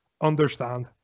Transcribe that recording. understand